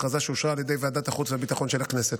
הכרזה שאושרה על ידי ועדת החוץ והביטחון של הכנסת.